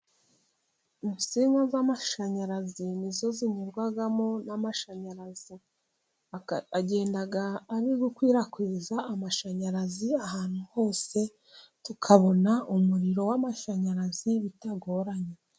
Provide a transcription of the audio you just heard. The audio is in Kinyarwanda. Insinga z'amashanyarazi, nizo zinyurwamo n'amashanyarazi, agenda ari gukwirakwiza amashanyarazi ahantu hose, tukabona umuriro w'amashanyarazi bitagoranye.